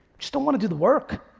just don't wanna do the work.